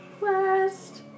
West